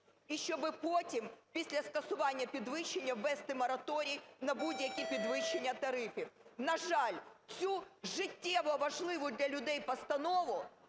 і щоби потім після скасування підвищення ввести мораторій на будь-які підвищення тарифів. На жаль, цю життєво важливу для людей постанову